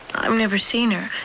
i've never seen her.